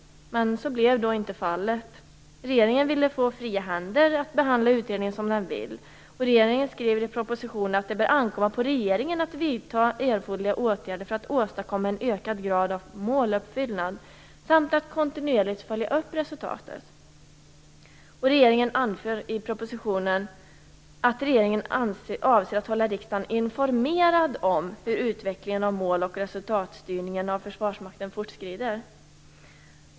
Så blev inte fallet. Regeringen ville få fria händer att behandla utredningen som den ville. Regeringen skrev i propositionen att det bör ankomma på regeringen att vidta erforderliga åtgärder för att åstadkomma en ökad grad av måluppfyllnad, samt att kontinuerligt följa upp resultatet. Regeringen anförde också att regeringen avser att hålla riksdagen informerad om hur utvecklingen av mål och resultatstyrningen av Försvarsmakten fortskrider.